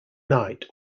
night